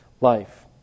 life